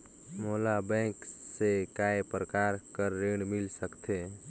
मोला बैंक से काय प्रकार कर ऋण मिल सकथे?